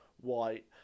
White